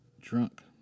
drunk